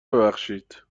ببخشید